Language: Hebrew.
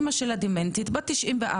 אימא שלה דמנטית בת 94,